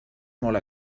molt